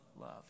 Love